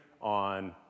on